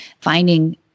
finding